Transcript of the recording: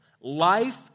Life